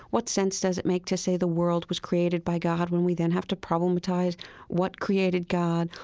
what sense does it make to say the world was created by god when we then have to problematize what created god?